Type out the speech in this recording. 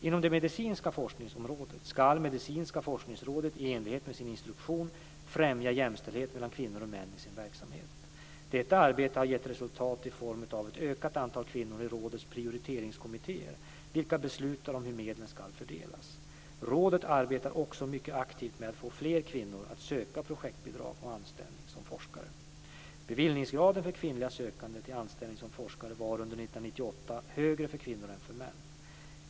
Inom det medicinska forskningsområdet ska Medicinska forskningsrådet i enlighet med sin instruktion främja jämställdhet mellan kvinnor och män i sin verksamhet. Detta arbete har gett resultat i form av ett ökat antal kvinnor i rådets prioriteringskommittéer, vilka beslutar om hur medlen ska fördelas. Rådet arbetar också mycket aktivt med att få fler kvinnor att söka projektbidrag och anställning som forskare. Beviljningsgraden för kvinnliga sökande till anställning som forskare var under 1998 högre för kvinnor än för män.